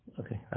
okay